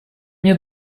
мне